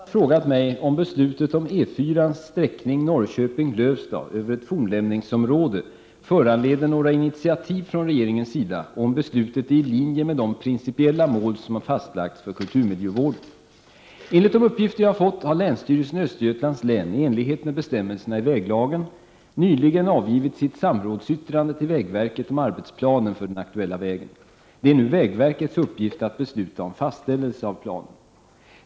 Herr talman! Roland Larsson har frågat mig om beslutet om E 4-ans sträckning Norrköping-Lövstad över ett fornlämningsområde föranleder några initiativ från regeringens sida och om beslutet är i linje med de principiella mål som fastlagts för kulturmiljövården. Enligt de uppgifter jag har fått har länsstyrelsen i Östergötlands län, i enlighet med bestämmelserna i väglagen, nyligen avgivit sitt samrådsyttrande till vägverket om arbetsplanen för den aktuella vägen. Det är nu vägverkets uppgift att besluta om fastställelse av planen.